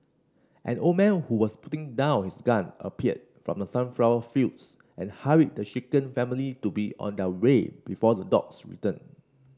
an old man who was putting down his gun appeared from the sunflower fields and hurried the shaken family to be on their way before the dogs return